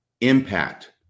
impact